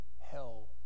hell